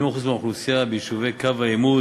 80% מהאוכלוסייה ביישובי קו העימות